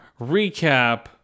Recap